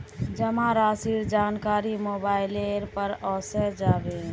जमा राशिर जानकारी मोबाइलेर पर ओसे जाबे